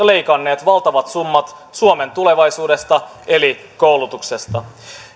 leikanneet valtavat summat suomen tulevaisuudesta eli koulutuksesta